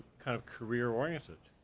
kind of career oriented.